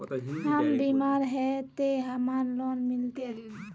हम बीमार है ते हमरा लोन मिलते?